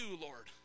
Lord